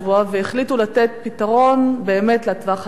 והחליטו לתת פתרון באמת לטווח הקצר.